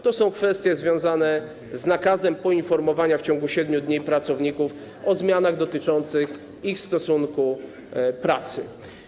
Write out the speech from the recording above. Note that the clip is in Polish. To są kwestie związane z nakazem poinformowania w ciągu 7 dni pracowników o zmianach dotyczących ich stosunku pracy.